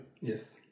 Yes